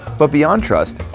but beyond trust,